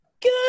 good